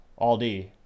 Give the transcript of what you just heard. Aldi